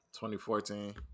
2014